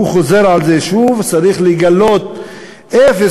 הוא חוזר על זה שוב: צריך לגלות אפס